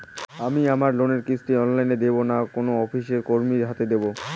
আমি আমার লোনের কিস্তি অনলাইন দেবো না কোনো অফিসের কর্মীর হাতে দেবো?